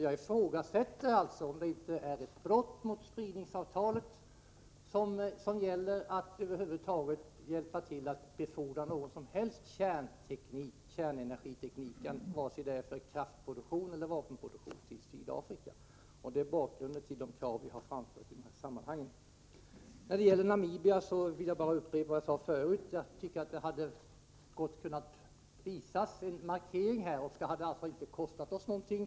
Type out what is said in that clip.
Jagifrågasätter om det inte är ett brott mot icke-spridningsavtalet, som syftar till att över huvud taget inte bidra till att befordra någon som helst kärnenergiteknik i Sydafrika, varken för kraftproduktion eller för vapenpro duktion. Det är bakgrunden till de krav som vi från vpk:s sida har framfört i dessa sammanhang. När det gäller Namibia vill jag upprepa vad jag sade förut, nämligen att vi gott hade kunnat göra en markering, som inte hade kostat oss någonting.